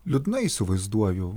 liūdnai įsivaizduoju